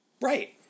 right